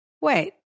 Wait